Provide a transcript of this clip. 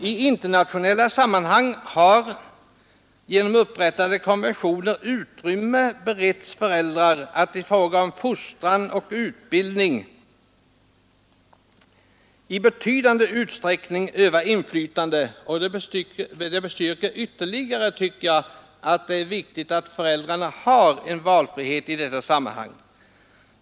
I internationella sammanhang har genom upprättade konventioner utrymme beretts föräldrar att i frågan om fostran och utbildning i betydande utsträckning öva inflytande. Det bestyrker ytterligare, tycker jag, att det är viktigt att föräldrarna har valfrihet i detta sammanhang.